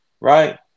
right